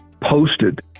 posted